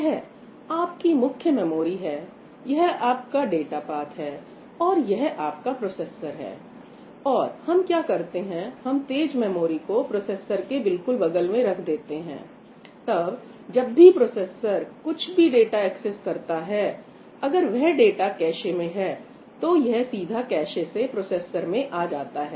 यह आपकी मुख्य मेमोरी है यह आपका डाटा पाथ है और यह आपका प्रोसेसर है और हम क्या करते हैं हम तेज मेमोरी को प्रोसेसर के बिल्कुल बगल में रख देते हैं तब जब भी प्रोसेसर कुछ भी डाटा एक्सेस करता है अगर वह डाटा कैशै में है तो यह सीधा कैशे से प्रोसेसर में आ जाता है